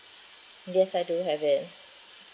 yes I do have it